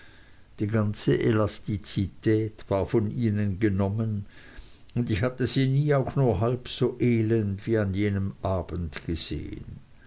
die ganze elastizität war von ihnen genommen und ich hatte sie nie auch nur halb so elend wie an jenem abend gesehen